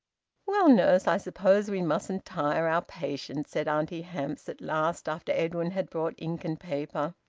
well, nurse, i suppose we mustn't tire our patient, said auntie hamps at last, after edwin had brought ink and paper.